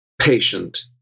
patient